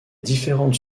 différentes